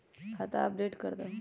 खाता अपडेट करदहु?